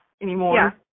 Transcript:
anymore